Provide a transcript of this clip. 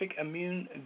immune